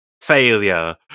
Failure